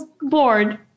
bored